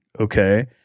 okay